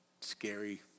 scary